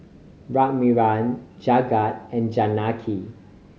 Raghuram Jagat and Janaki